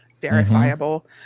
verifiable